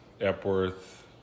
Epworth